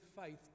faith